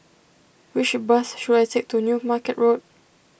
which bus should I take to New Market Road